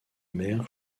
maire